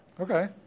Okay